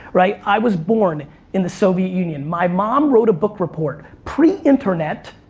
right. i was born in the soviet union. my mom wrote a book report, pre-internet,